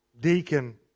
deacon